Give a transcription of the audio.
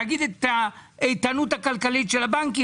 להגיד את האיתנות הכלכלית של הבנקים,